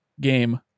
Game